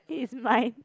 is my